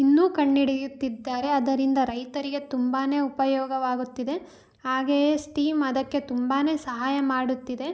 ಇನ್ನೂ ಕಂಡಿಡಿಯುತ್ತಿದ್ದಾರೆ ಅದರಿಂದ ರೈತರಿಗೆ ತುಂಬಾ ಉಪಯೋಗವಾಗುತ್ತಿದೆ ಹಾಗೆಯೇ ಸ್ಟೀಮ್ ಅದಕ್ಕೆ ತುಂಬಾ ಸಹಾಯ ಮಾಡುತ್ತಿದೆ